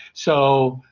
so,